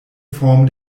formen